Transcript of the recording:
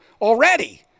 already